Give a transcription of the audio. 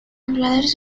pobladores